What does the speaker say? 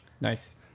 nice